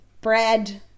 Bread